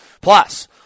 Plus